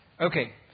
Okay